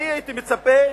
אני הייתי מצפה,